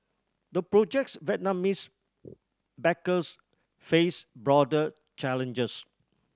the project's Vietnamese backers face broader challenges